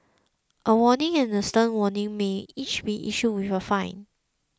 a warning and a stern warning may each be issued with a fine